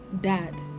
Dad